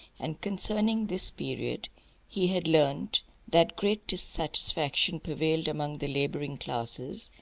and concerning this period he had learnt that great dissatisfaction prevailed among the labouring classes,